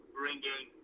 bringing